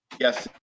Yes